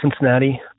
Cincinnati